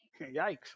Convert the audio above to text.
Yikes